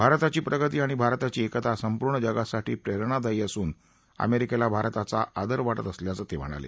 भारताची प्रगती आणि भारताची एकता संपूर्ण जगासाठी प्रेरणादायी असून अमेरिकेला भारताचा आदर वाटत असल्याचं ते म्हणाले